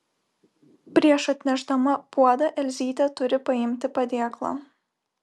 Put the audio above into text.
prieš atnešdama puodą elzytė turi paimti padėklą